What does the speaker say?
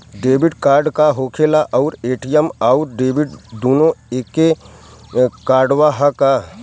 Debit card का होखेला और ए.टी.एम आउर डेबिट दुनों एके कार्डवा ह का?